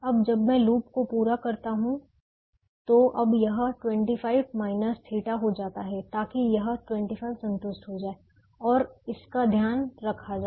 अब जब मैं लूप को पूरा करता हूं तो अब यह 25 θ हो जाता है ताकि यह 25 संतुष्ट हो जाए और इसका ध्यान रखा जाए